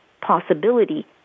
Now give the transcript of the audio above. possibility